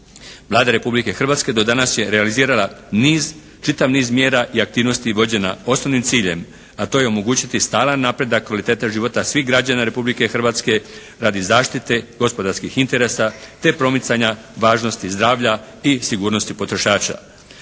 Vlada Republike Hrvatske do danas je realizirala niz, čitav niz mjera i aktivnosti vođena osnovnim ciljem, a to je omogućiti stalan napredak kvalitete života svih građana Republike Hrvatske radi zaštite gospodarskih interesa te promicanja važnosti zdravlja i sigurnosti potrošača.